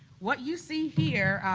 what you see here,